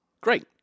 Great